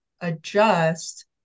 adjust